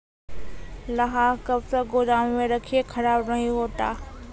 लहार कब तक गुदाम मे रखिए खराब नहीं होता?